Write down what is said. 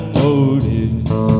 motives